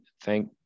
thank